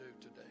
today